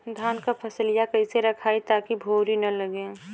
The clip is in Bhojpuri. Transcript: धान क फसलिया कईसे रखाई ताकि भुवरी न लगे?